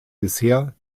bisher